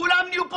כולם נהיו פה